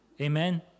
Amen